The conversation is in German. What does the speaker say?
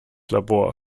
labor